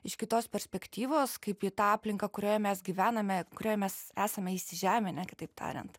iš kitos perspektyvos kaip į tą aplinką kurioje mes gyvename kurioje mes esame įsižeminę kitaip tariant